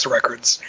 Records